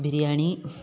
biryani